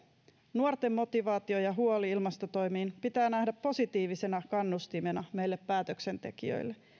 nuorten motivaatio ja huoli ilmastotoimiin pitää nähdä positiivisena kannustimena meille päätöksentekijöille